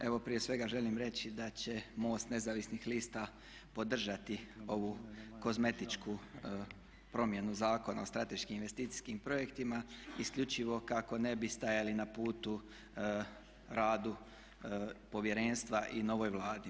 Evo prije svega želim reći da će MOST nezavisnih lista podržati ovu kozmetičku promjenu Zakona o strateškim investicijskim projektima isključivo kako ne bi stajali na putu radu povjerenstva i novoj Vladi.